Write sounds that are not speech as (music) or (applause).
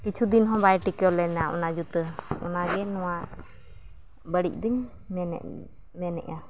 ᱠᱤᱪᱷᱩ ᱫᱤᱱᱦᱚᱸ ᱵᱟᱭ ᱴᱤᱠᱟᱹᱣ ᱞᱮᱱᱟ ᱚᱱᱟ ᱡᱩᱛᱟᱹ ᱚᱱᱟᱜᱮ ᱱᱚᱣᱟ ᱵᱟᱹᱲᱤᱡᱫᱚᱧ (unintelligible) ᱢᱮᱱᱮᱫᱼᱟ